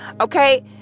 Okay